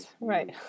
Right